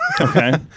Okay